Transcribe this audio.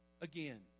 Again